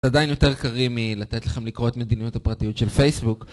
עדיין יותר קרי מלתת לכם לקרוא את מדיניות הפרטיות של פייסבוק